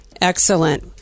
Excellent